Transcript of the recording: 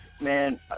Man